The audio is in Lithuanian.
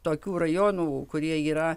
tokių rajonų kurie yra